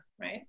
right